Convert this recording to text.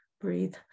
breathe